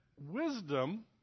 wisdom